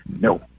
No